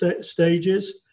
stages